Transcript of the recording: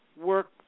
work